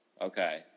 Okay